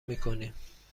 میکنیم